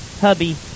hubby